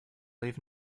leave